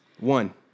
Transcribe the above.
One